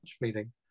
meeting